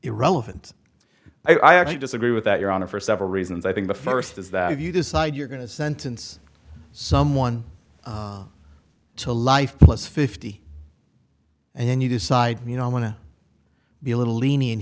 irrelevant i actually disagree with that your honor for several reasons i think the first is that if you decide you're going to sentence someone to life plus fifty and then you decide you know i want to be a little lenient